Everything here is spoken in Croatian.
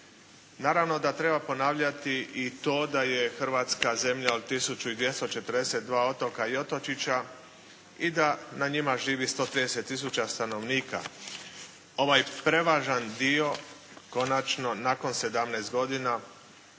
Naravno da treba ponavljati i to da je Hrvatska zemlja od 1242 otoka i otočića i da na njima živi 130 000 stanovnika. Ovaj prevažan dio konačno nakon 17 godina